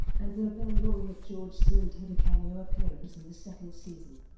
and nobel laureate george smoot had a cameo appearance in the second season.